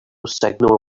signal